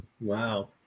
Wow